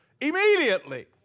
immediately